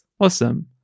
Awesome